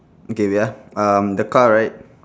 okay ya um the car right